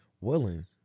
willing